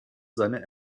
seine